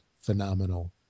phenomenal